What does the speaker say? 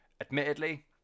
admittedly